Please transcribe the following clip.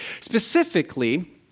Specifically